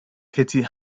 katie